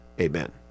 Amen